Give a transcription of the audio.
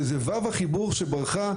איזה ו' החיבור שברחה,